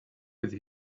with